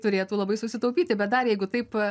turėtų labai susitaupyti bet dar jeigu taip